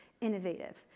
innovative